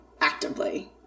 actively